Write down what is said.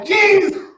Jesus